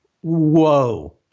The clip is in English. Whoa